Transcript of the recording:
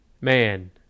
man